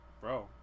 Bro